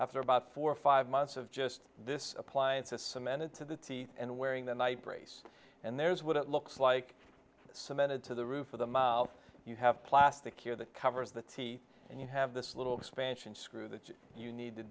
after about four or five months of just this appliance a cemented to the teeth and wearing the night brace and there's what it looks like cemented to the roof of the mouth you have plastic here that covers the teeth and you have this little expansion screw that you need to